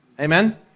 Amen